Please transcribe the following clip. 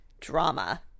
Drama